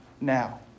now